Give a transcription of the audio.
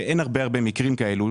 שאין הרבה הרבה מקרים כאלו,